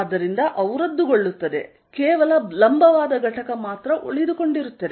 ಆದ್ದರಿಂದ ಅವು ರದ್ದುಗೊಳ್ಳಲಿದೆ ಮತ್ತು ಕೇವಲ ಲಂಬವಾದ ಘಟಕ ಮಾತ್ರ ಉಳಿದುಕೊಂಡಿರುತ್ತದೆ